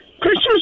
Christmas